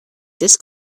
disc